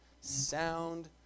sound